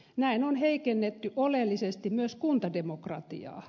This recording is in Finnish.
näin on heikennetty oleellisesti myös kuntademokratiaa